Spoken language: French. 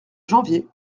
janvier